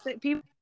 people